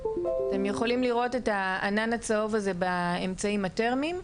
אתם יכולים לראות את הענן הצהוב הזה באמצעים הטרמיים.